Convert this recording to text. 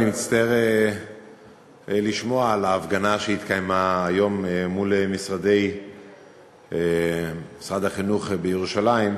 אני מצטער לשמוע על ההפגנה שהתקיימה היום מול משרד החינוך בירושלים,